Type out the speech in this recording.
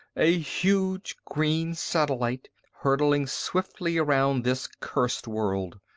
a huge green satellite hurtling swiftly around this cursed world!